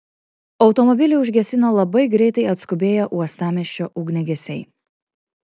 automobilį užgesino labai greitai atskubėję uostamiesčio ugniagesiai